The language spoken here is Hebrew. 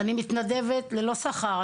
אני מתנדבת ללא שכר,